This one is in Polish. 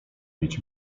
mieć